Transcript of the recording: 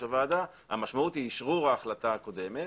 הוועדה המשמעות היא אשרור ההחלטה הקודמת,